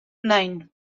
nine